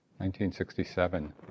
1967